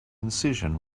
incision